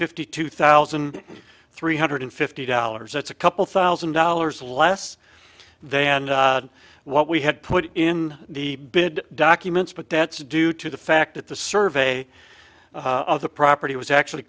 fifty two thousand three hundred fifty dollars that's a couple thousand dollars less than what we had put in the bid documents but that's due to the fact that the survey of the property was actually